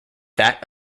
that